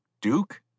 Duke